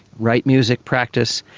write music, practice,